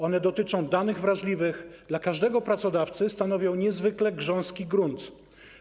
One dotyczą danych wrażliwych, dla każdego pracodawcy stanowią niezwykle grząski grunt.